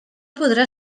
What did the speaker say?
podrà